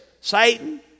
Satan